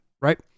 right